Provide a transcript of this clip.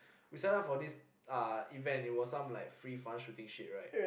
we sign up for this uh event it was some like some free fun shooting shit right